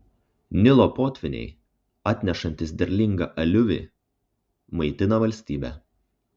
nilo potvyniai atnešantys derlingą aliuvį maitina valstybę